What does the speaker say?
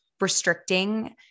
restricting